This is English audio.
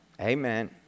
Amen